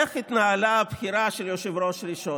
איך התנהלה הבחירה של היושב-ראש הראשון,